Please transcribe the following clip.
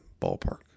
ballpark